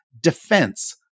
defense